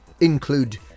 include